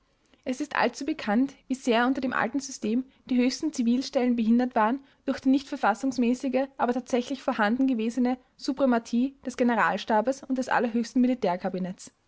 es ist allzu bekannt wie sehr unter dem alten system die höchsten zivilstellen behindert waren durch die nicht verfassungsmäßige aber tatsächlich vorhanden gewesene suprematie des generalstabes und des allerhöchsten